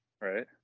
Right